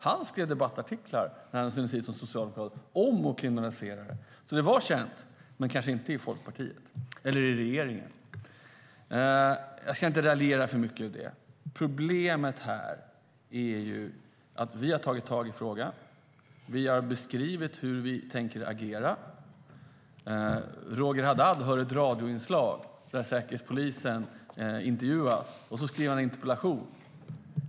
Han skrev som socialdemokratisk ledamot debattartiklar om att kriminalisera detta, så det var känt - men kanske inte i Folkpartiet eller i regeringen. Jag ska inte raljera för mycket om detta. Problemet är: Vi har tagit tag i frågan. Vi har beskrivit hur vi tänker agera. Roger Haddad hör ett radioinslag där Säkerhetspolisen intervjuas, och så skriver han en interpellation.